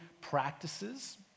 practices